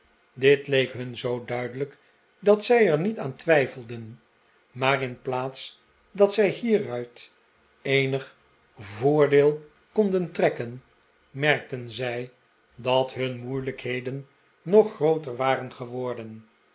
leek hun zoo duidelijk dat zij er niet aan twijfeldenj maar in plaats dat zij hieruit eenig voordeel konden trekken merkten zij dat hun moeilijkheden nog grooter waren geworden